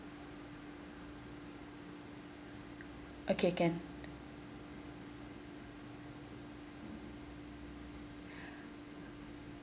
okay can